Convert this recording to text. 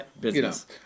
business